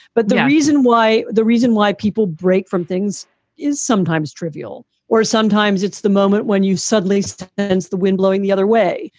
but the reason why the reason why people break from things is sometimes trivial or sometimes it's the moment when you suddenly see and the wind blowing the other way,